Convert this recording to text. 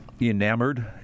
enamored